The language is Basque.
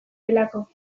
delako